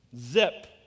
Zip